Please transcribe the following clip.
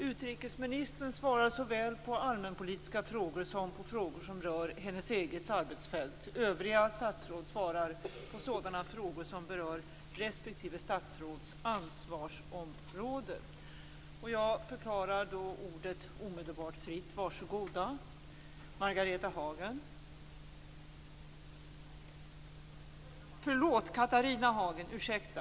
Utrikesministern svarar såväl på allmänpolitiska frågor som på frågor som rör hennes eget arbetsfält. Övriga statsråd svarar på sådana frågor som berör respektive statsråds ansvarsområde. Jag förklarar omedelbart ordet fritt. Varsågoda!